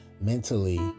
mentally